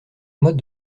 mode